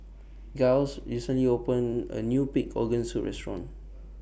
Giles recently opened A New Pig Organ Soup Restaurant